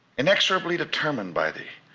inexorably determined by the